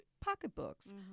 pocketbooks